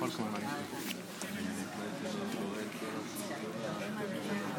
אתמול ניגשת אליי ככה בדחילו ורחימו וביקשת שאדבר עליך במילים קטנות,